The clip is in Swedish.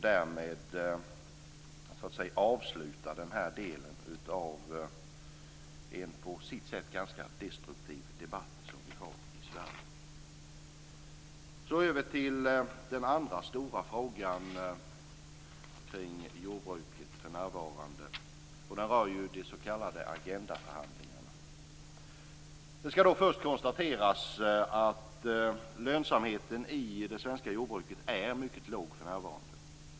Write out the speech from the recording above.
Därmed skulle man så att säga avsluta den här delen av den på sitt sätt ganska destruktiva debatt som vi har haft i Sverige. Så över till den andra stora frågan kring jordbruket för närvarande. Den rör de s.k. agendaförhandlingarna. Det skall då först konstateras att lönsamheten i det svenska jordbruket är mycket låg för närvarande.